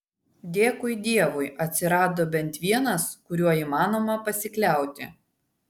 dėkui dievui atsirado bent vienas kuriuo įmanoma pasikliauti